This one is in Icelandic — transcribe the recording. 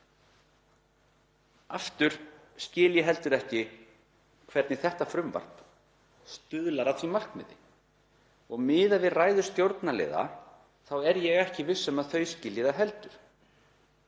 Aftur skil ég heldur ekki hvernig þetta frumvarp stuðlar að því markmiði. Og miðað við ræður stjórnarliða er ég ekki viss um að þau skilji það heldur.